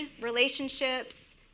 relationships